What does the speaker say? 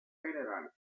general